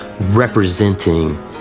representing